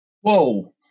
Whoa